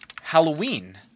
Halloween